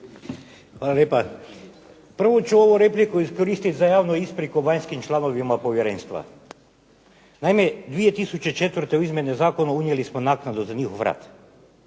Hvala lijepa. Prvo ću ovu repliku iskoristiti za javnu ispriku vanjskim članovima povjerenstva. Naime, 2004. u izmjene zakona unijeli smo naknadu za njihov rad